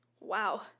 wow